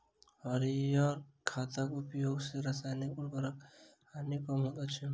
हरीयर खादक उपयोग सॅ रासायनिक उर्वरकक हानि कम होइत अछि